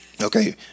Okay